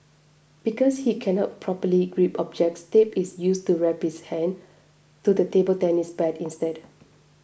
because he cannot properly grip objects tape is used to wrap his hand to the table tennis bat instead